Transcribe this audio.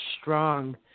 strong